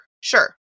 sure